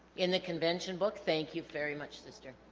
in the convention book thank you very much sister